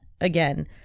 again